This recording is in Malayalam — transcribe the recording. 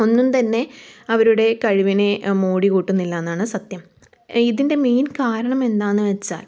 ഒന്നും തന്നെ അവരുടെ കഴിവിനെ മോഡി കൂട്ടുന്നില്ലാന്നാണ് സത്യം ഇതിൻ്റെ മെയിൻ കാരണം എന്താന്ന് വെച്ചാൽ